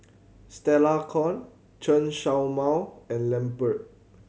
Stella Kon Chen Show Mao and Lambert